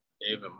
David